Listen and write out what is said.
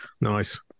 Nice